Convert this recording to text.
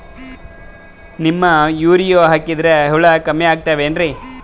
Neem urea ಹಾಕದ್ರ ಹುಳ ಕಮ್ಮಿ ಆಗತಾವೇನರಿ?